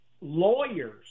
lawyers